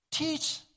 Teach